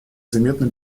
заметно